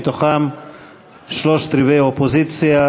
מהם שלושה-רבעים אופוזיציה,